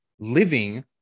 Living